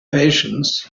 patience